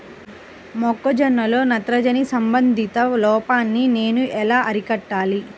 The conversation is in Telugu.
మొక్క జొన్నలో నత్రజని సంబంధిత లోపాన్ని నేను ఎలా అరికట్టాలి?